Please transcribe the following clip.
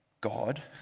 God